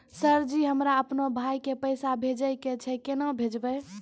Sir ji हमरा अपनो भाई के पैसा भेजबे के छै, केना भेजबे?